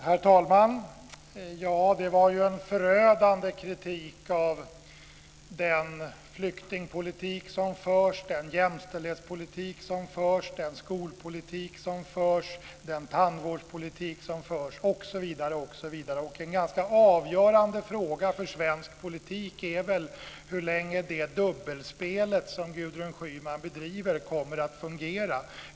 Herr talman! Det var en förödande kritik av den flyktingpolitik som förs, den jämställdhetspolitik som förs, den skolpolitik som förs, den tandvårdspolitik som förs, osv. Och en ganska avgörande fråga för svensk politik är väl hur länge det dubbelspel som Gudrun Schyman bedriver kommer att fungera.